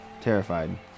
Terrified